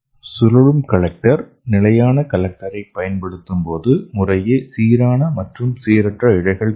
சுழலும் கலெக்டர் நிலையான கலெக்டர் பயன்படுத்தும்போது முறையே சீரான மற்றும் சீரற்ற இழைகள் கிடைக்கும்